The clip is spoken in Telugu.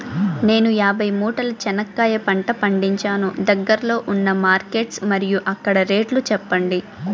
నేను యాభై మూటల చెనక్కాయ పంట పండించాను దగ్గర్లో ఉన్న మార్కెట్స్ మరియు అక్కడ రేట్లు చెప్పండి?